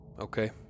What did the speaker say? Okay